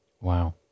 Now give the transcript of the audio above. Wow